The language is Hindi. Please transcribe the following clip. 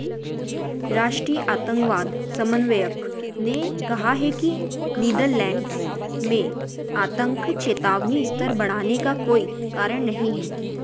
राष्ट्रीय आतंकवाद समन्वयक ने कहा है कि नीदरलैंड्स में आतंक चेतावनी स्तर बढ़ाने का कोई कारण नहीं है